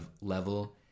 level